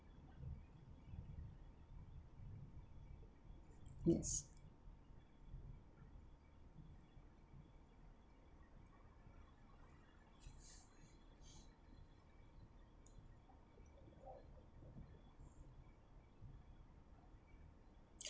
yes